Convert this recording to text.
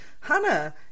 Hannah